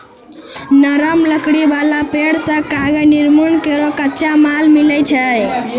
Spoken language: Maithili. नरम लकड़ी वाला पेड़ सें कागज निर्माण केरो कच्चा माल मिलै छै